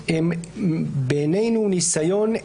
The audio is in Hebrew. פותרים את אי הוודאות, האם זה רק על נאשם או על